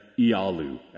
Ialu